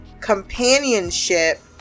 companionship